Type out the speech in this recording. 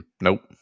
nope